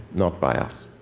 not by us.